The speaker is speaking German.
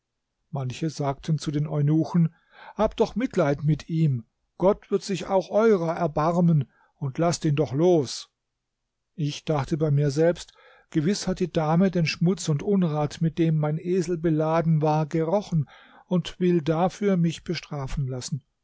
manche sagten zu den eunuchen habt doch mitleid mit ihm gott wird sich auch eurer erbarmen und laßt ihn doch los ich dachte bei mir selbst gewiß hat die dame den schmutz und unrat mit dem mein esel beladen war gerochen und will dafür mich bestrafen lassen